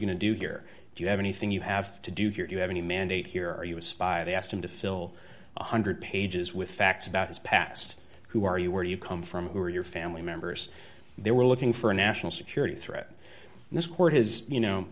do here do you have anything you have to do here you have a new mandate here are you a spy they asked him to fill one hundred pages with facts about his past who are you where do you come from who are your family members they were looking for a national security threat and this court has you know